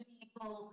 people